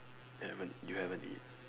haven't you haven't eat